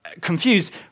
confused